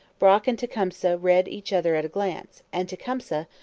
brock and tecumseh read each other at a glance and tecumseh,